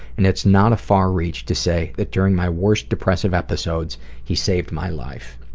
and it's not a far reach to say that during my worst depressive episodes he saved my life.